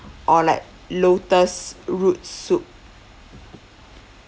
or like lotus root soup